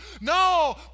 No